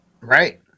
Right